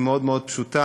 והיא מאוד מאוד פשוטה.